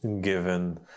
given